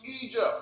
Egypt